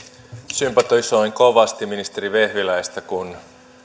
sympatisoin kovasti ministeri vehviläistä kun